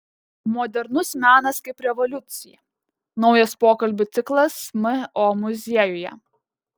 modernus menas kaip revoliucija naujas pokalbių ciklas mo muziejuje